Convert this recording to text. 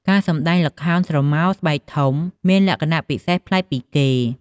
ការសម្តែងល្ខោនស្រមោលស្បែកធំមានលក្ខណៈពិសេសប្លែកពីគេ។